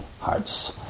hearts